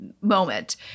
moment